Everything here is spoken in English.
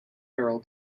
feral